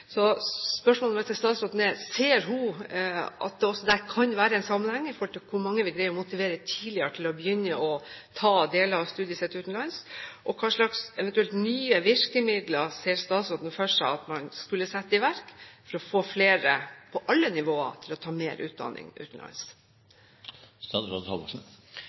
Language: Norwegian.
Spørsmålet mitt til statsråden er: Ser hun at det også her kan være en sammenheng når det gjelder hvor mange vi greier å motivere tidligere til å begynne å ta deler av studiet sitt utenlands? Hva slags eventuelle nye virkemidler ser statsråden for seg at man skulle sette i verk for å få flere på alle nivåer til å ta mer utdanning utenlands?